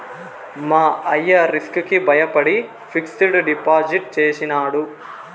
మా అయ్య రిస్క్ కి బయపడి ఫిక్సిడ్ డిపాజిట్ చేసినాడు